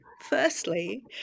firstly